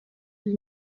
lui